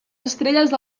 estrelles